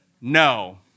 no